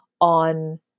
on